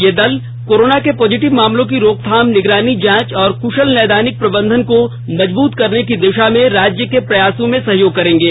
ये दल कोरोना के पॉजिटिव मामलों की रोकथाम निगरानी जांच और कृशल नैदानिक प्रबंधन को मजबूत करने की दिशा में राज्य के प्रयासों में सहयोग करेंगे